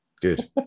Good